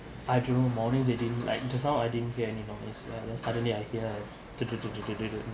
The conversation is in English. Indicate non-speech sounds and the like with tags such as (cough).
I don't know morning they didn't like just now I didn't hear any noise then suddenly I hear like (noise)